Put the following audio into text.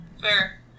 Fair